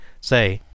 say